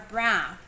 Brown